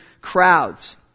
crowds